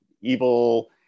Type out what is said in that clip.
evil